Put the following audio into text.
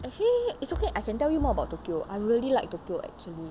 actually it's okay I can tell you more about tokyo I really like tokyo actually